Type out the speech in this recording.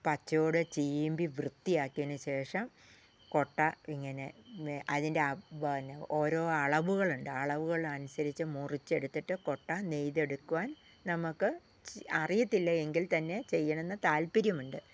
പച്ചയോടെ ചീമ്പി വൃത്തിയാക്കിയതിന് ശേഷം കൊട്ട ഇങ്ങനെ അതിൻ്റെ പിന്നെ ഓരോ അളവുകളുണ്ട് അളവുകളനുസരിച്ച് മുറിച്ചെടുത്തിട്ട് കൊട്ട നെയ്തെടുക്കുവാൻ നമുക്ക് അറിയത്തില്ല എങ്കിൽ തന്നെ ചെയ്യണം എന്ന് താല്പര്യമുണ്ട്